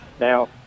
now